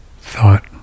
thought